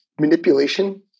manipulation